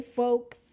folks